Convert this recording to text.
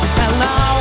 hello